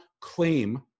claim